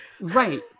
Right